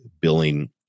billing